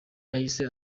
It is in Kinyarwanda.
yahise